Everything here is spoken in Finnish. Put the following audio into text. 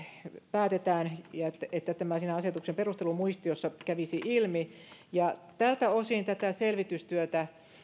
päätetään ja että tämä siinä asetuksen perustelumuistiossa kävisi ilmi tältä osin tätä selvitystyötä